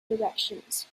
directions